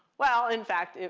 well, in fact,